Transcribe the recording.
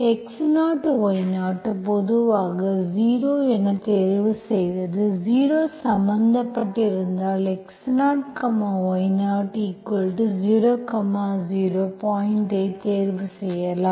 x0 y0 பொதுவாக 0 என தேர்வு செய்து 0 சம்பந்தப்பட்டிருந்தால் x0 y000பாயிண்ட்ஐ தேர்வு செய்யலாம்